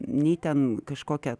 nei ten kažkokia